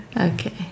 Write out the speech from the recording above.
Okay